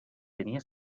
tenía